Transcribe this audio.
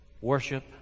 worship